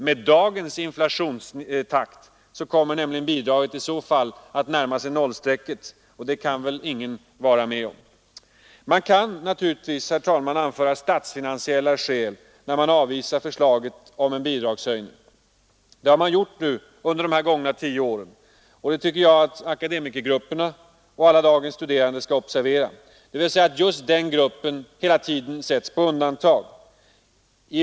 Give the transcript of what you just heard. Med dagens inflationstakt kommer nämligen bidraget i så fall att närma sig nollstrecket, och det kan väl ingen vara Man kan naturligtvis anföra statsfinansiella skäl när man avvisar förslaget om en bidragshöjning. Det har man gjort nu under de gångna tio åren, och det tycker jag att akademikergrupperna och alla dagens studerande skall observera — det betyder nämligen att just de hela tiden sätts på undantag.